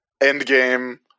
Endgame